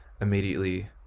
immediately